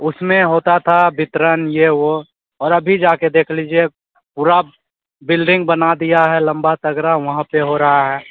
उसमें होता था वितरण ये वो और अभी जाकर देख लीजिए पूरा बिल्डिंग बना दिया है लम्बा तगड़ा वहाँ पर हो रहा है